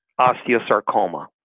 osteosarcoma